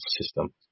system